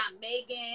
Megan